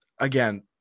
again